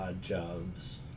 Jobs